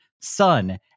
son